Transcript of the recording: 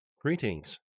Greetings